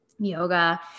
yoga